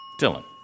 Dylan